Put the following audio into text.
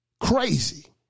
Crazy